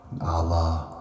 Allah